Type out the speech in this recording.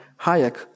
Hayek